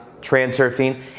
transurfing